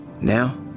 Now